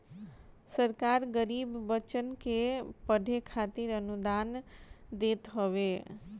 सरकार गरीब बच्चन के पढ़े खातिर अनुदान देत हवे